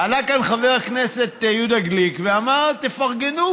עלה כאן חבר הכנסת גליק ואמר: תפרגנו,